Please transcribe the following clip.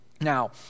now